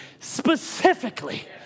specifically